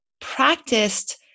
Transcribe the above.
practiced